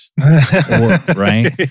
right